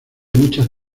muchas